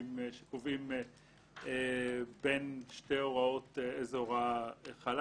הרגילים שקובעים בין שתי הוראות איזה הוראה חלה.